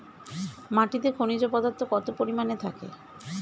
মাটিতে খনিজ পদার্থ কত পরিমাণে থাকে?